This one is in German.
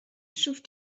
schuf